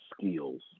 skills